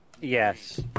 Yes